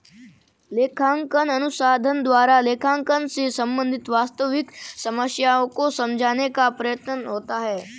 लेखांकन अनुसंधान द्वारा लेखांकन से संबंधित वास्तविक समस्याओं को समझाने का प्रयत्न होता है